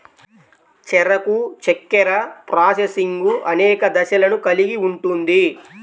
చెరకు చక్కెర ప్రాసెసింగ్ అనేక దశలను కలిగి ఉంటుంది